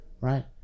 right